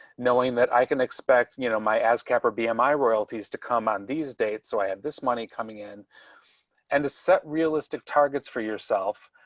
knowing that i can expect you know my ascap or bmi royalties to come on these dates. so i have this money coming in and to set realistic targets for yourself.